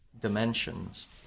dimensions